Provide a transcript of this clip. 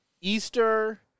Easter